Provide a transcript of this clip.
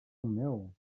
meu